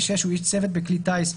(6) הוא איש צוות בכלי טיס,